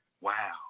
Wow